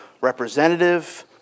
representative